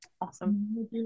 Awesome